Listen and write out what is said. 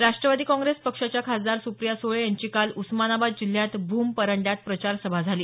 Rashtrawadi Congress पक्षाच्या खासदार सुप्रिया सुळे यांची काल उस्मानाबाद जिल्ह्यात भूम परंड्यात प्रचार सभा झाली